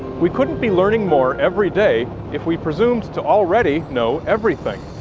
we couldn't be learning more every day if we presumed to already know everything.